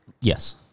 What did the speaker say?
Yes